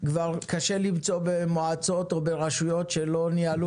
כבר קשה למצוא במועצות או ברשויות שלא ניהלו